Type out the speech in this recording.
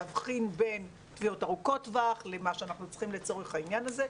להבחין בין תביעות ארוכות טווח למה שאנחנו צריכים לצורך העניין הזה,